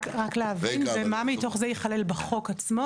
רק להבין, ומה מתוך זה ייכלל בחוק עצמו?